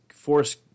Force